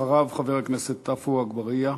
אחריו, חבר הכנסת עפו אגבאריה.